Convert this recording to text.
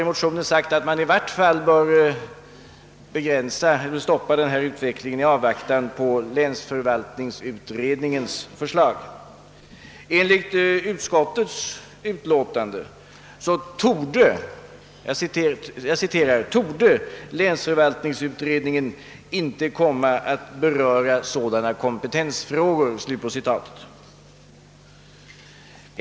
I motionen framhålles att man i varje fall bör stoppa denna utveckling i avvaktan på länsförvaltningsutredningens förslag. Utskottet säger emellertid — jag citerar: »Enligt vad utskottet erfarit torde länsförvaltningsutredningen inte komma att beröra sådana kompetensfrågor ———.